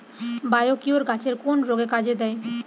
Biocure গাছের কোন রোগে কাজেদেয়?